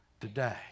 today